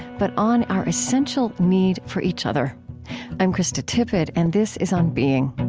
but on our essential need for each other i'm krista tippett, and this is on being